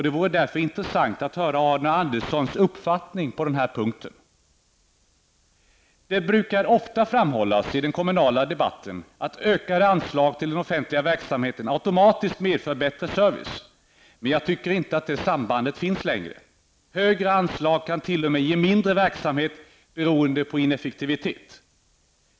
Det vore därför intressant att höra Arne Anderssons uppfattning på den här punkten. Det brukar ofta framhållas i den kommunala debatten att ökade anslag till den offentliga verksamheten automatiskt medför bättre service. Vi tycker dock inte att det sambandet finns längre. Högre anslag kan till och med ge mindre verksamhet beroende på ineffektivitet.